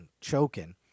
choking